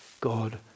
God